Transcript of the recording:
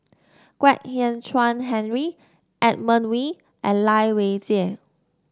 Kwek Hian Chuan Henry Edmund Wee and Lai Weijie